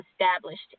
established